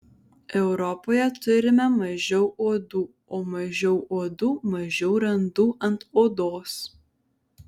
europoje turime mažiau uodų o mažiau uodų mažiau randų ant odos